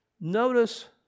Notice